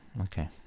okay